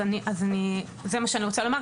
אז זה מה שאני רוצה לומר,